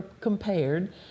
compared